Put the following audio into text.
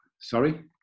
sorry